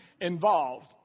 involved